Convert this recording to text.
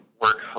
Work